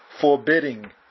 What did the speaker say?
forbidding